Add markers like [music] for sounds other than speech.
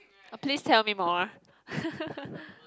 ah please tell me more [laughs]